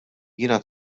jiena